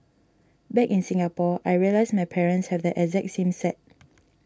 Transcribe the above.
back in Singapore I realised my parents have the exact same set